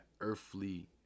earthly